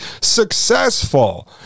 successful